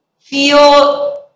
feel